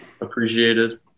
appreciated